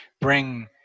bring